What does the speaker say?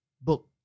book